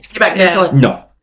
no